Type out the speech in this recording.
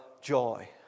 joy